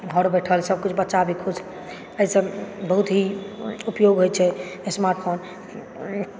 घर बैठल सब किछु बच्चा भी खुश एहिसँ बहुत ही उपयोग होइ छै स्मार्टफोन